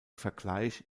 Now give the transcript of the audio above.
vergleich